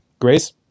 grace